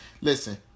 Listen